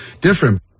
different